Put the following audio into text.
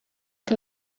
que